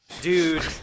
Dude